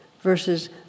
versus